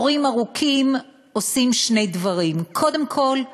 תורים ארוכים עושים שני דברים: קודם כול,